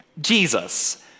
Jesus